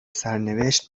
سرنوشت